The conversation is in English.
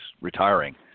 retiring